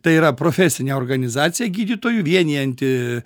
tai yra profesinė organizacija gydytojų vienijanti